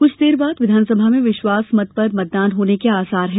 कुछ देर बाद विधानसभा में विश्वासमत पर मतदान होने के आसार है